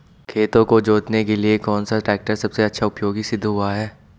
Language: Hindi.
खेतों को जोतने के लिए कौन सा टैक्टर सबसे अच्छा उपयोगी सिद्ध हुआ है?